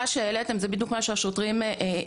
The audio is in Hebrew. מה שהעליתם זה בדיוק מה שהשוטרים הרגישו,